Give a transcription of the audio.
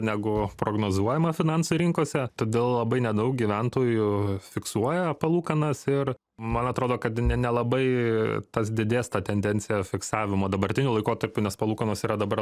negu prognozuojama finansų rinkose todėl labai nedaug gyventojų fiksuoja palūkanas ir man atrodo kad nelabai tas didės ta tendencija fiksavimo dabartiniu laikotarpiu nes palūkanos yra dabar